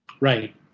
right